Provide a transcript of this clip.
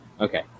Okay